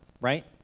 right